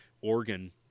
organ